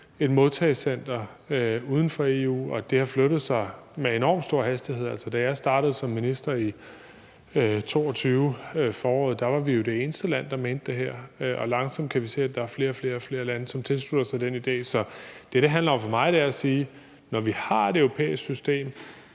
et modtagecenter uden for EU, og det har flyttet sig med enorm stor hastighed. Da jeg startede som minister i foråret 2022, var vi jo det eneste land, der mente det her, men vi kan se, at der langsomt er flere og flere lande, som tilslutter sig den idé. Så det, det handler om for mig, er, at når vi har et europæiske system,